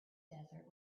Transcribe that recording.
desert